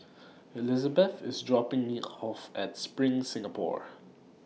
Elisabeth IS dropping Me off At SPRING Singapore